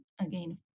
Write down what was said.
Again